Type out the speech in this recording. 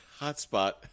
hotspot